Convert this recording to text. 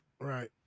right